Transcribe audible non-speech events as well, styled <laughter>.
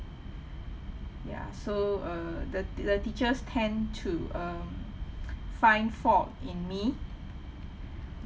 ya so uh the t~ the teachers tend to um <breath> find fault in me